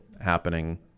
happening